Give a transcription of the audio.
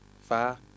Fa